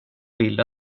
ville